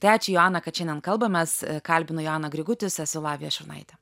tai ačiū joana kad šiandien kalbamės kalbinu joaną grigutis esu lavija šurnaitė